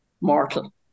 mortal